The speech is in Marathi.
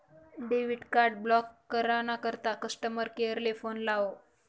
डेबिट कार्ड ब्लॉक करा ना करता कस्टमर केअर ले फोन लावो